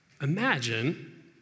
imagine